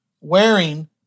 wearing